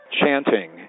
chanting